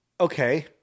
okay